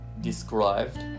described